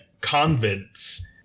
convents